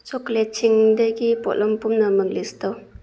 ꯆꯣꯀ꯭ꯂꯦꯠꯁꯤꯡꯗꯒꯤ ꯄꯣꯠꯂꯝ ꯄꯨꯝꯅꯃꯛ ꯂꯤꯁ ꯇꯧ